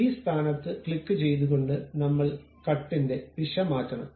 അതിനാൽ ഈ സ്ഥാനത്ത് ക്ലിക്കുചെയ്തുകൊണ്ട് നമ്മൾ കട്ടിന്റെ ദിശ മാറ്റണം